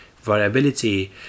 variability